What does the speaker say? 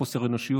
לחוסר אנושיות.